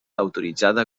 autoritzada